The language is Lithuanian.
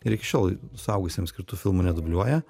ir iki šiol suaugusiems skirtų filmų nedubliuoja